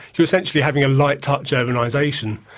your essentially having a light touch urbanisation.